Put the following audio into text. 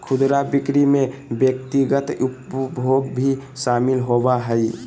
खुदरा बिक्री में व्यक्तिगत उपभोग भी शामिल होबा हइ